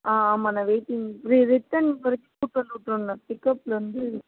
ஆ ஆமாண்ண வெயிட்டிங் ரி ரிட்டன் கூப்பிட்டு வந்து விட்ருணும் பிக்கப்பிலருந்து